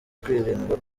kwirindwa